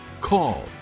call